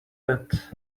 pet